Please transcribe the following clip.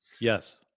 Yes